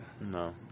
No